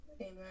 Amen